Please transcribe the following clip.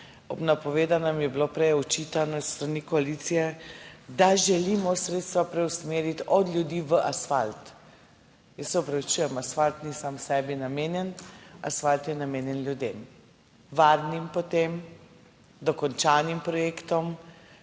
Ob napovedanem je bilo prej očitano s strani koalicije, da želimo sredstva preusmeriti od ljudi v asfalt. Jaz se opravičujem, asfalt ni sam sebi namenjen. Asfalt je namenjen ljudem, varnim potem, dokončanim projektom.